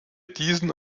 diese